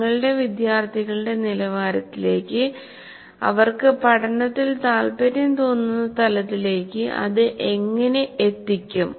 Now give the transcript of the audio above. നിങ്ങളുടെ വിദ്യാർത്ഥികളുടെ നിലവാരത്തിലേക്ക് അവർക്കു പഠനത്തിൽ താല്പര്യം തോന്നുന്ന തലത്തിലേക്ക് അത് എങ്ങിനെ എത്തിക്കും